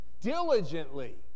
Diligently